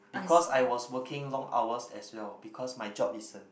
because I was working long hours as well because my job is in